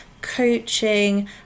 coaching